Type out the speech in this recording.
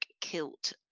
kilt